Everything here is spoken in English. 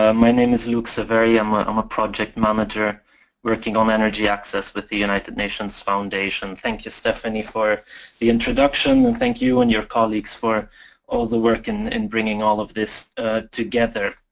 ah my name is luc severi. i'm a project manager working on energy access with the united nations foundation. thank you, stephanie for the introduction and thank you and your colleagues for all the work in in bringing all of this together.